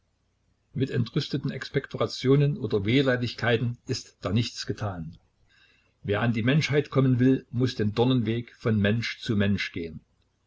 mit entrüsteten expektorationen oder wehleidigkeiten ist da nichts getan wer an die menschheit kommen will muß den dornenweg von mensch zu mensch gehen